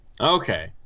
Okay